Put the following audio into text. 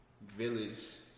village